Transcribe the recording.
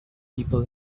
people